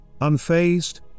Unfazed